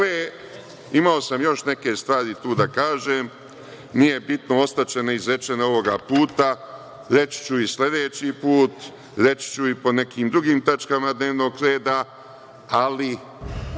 imao sam još neke stvari tu da kažem. Nije bitno. Ostaće neizrečene ovog puta. Reći ću ih sledeći put. Reći ću ih po nekim drugim tačkama dnevnog reda, ali